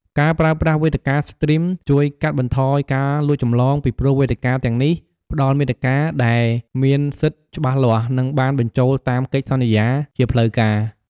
ការប្រើប្រាស់វេទិកាស្ទ្រីមជួយកាត់បន្ថយការលួចចម្លង ពីព្រោះវេទិកាទាំងនេះផ្តល់មាតិកាដែលមានសិទ្ធិច្បាស់លាស់ និងបានបញ្ចូលតាមកិច្ចសន្យាជាផ្លូវការ។